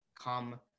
come